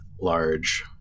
large